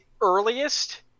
earliest